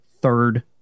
third